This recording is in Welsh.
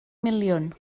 miliwn